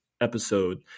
episode